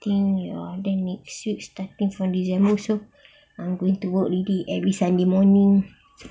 then ya then next week starting from december also I'm going to work already every sunday morning